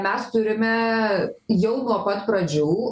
mes turime jau nuo pat pradžių